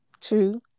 True